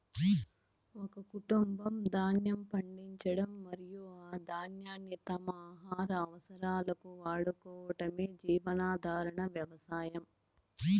ఒక కుటుంబం ధాన్యం పండించడం మరియు ఆ ధాన్యాన్ని తమ ఆహార అవసరాలకు వాడుకోవటమే జీవనాధార వ్యవసాయం